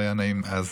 והיה נעים אז.